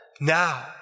now